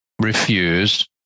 Refuse